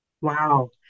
Wow